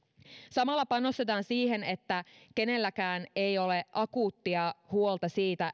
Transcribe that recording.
samalla panostetaan siihen että kenelläkään ei ole akuuttia huolta siitä